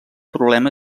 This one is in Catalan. problema